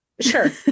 sure